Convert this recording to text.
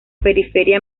periferia